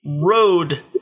road